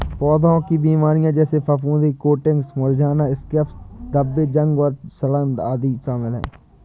पौधों की बीमारियों जिसमें फफूंदी कोटिंग्स मुरझाना स्कैब्स धब्बे जंग और सड़ांध शामिल हैं